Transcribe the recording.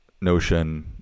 notion